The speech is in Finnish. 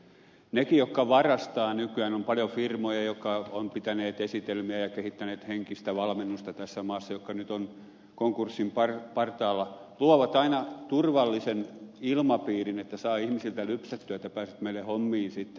nekin jotka varastavat nykyään on paljon firmoja jotka ovat pitäneet esitelmiä ja kehittäneet henkistä valmennusta tässä maassa ja jotka nyt ovat konkurssin partaalla luovat aina turvallisen ilmapiirin että saa ihmisiltä lypsettyä että pääset meille hommiin sitten